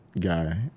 guy